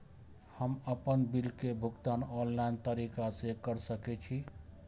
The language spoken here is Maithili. हम आपन बिल के भुगतान ऑनलाइन तरीका से कर सके छी?